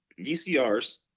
VCRs